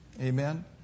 Amen